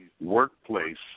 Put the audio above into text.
workplace